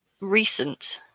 recent